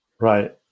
Right